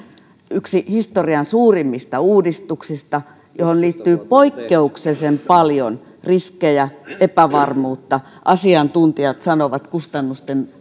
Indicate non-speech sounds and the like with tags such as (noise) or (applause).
historian suurimmista uudistuksista johon liittyy poikkeuksellisen paljon riskejä epävarmuutta asiantuntijat puhuvat kustannusten (unintelligible)